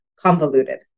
convoluted